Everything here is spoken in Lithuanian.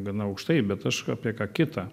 gana aukštai bet aš apie ką kitą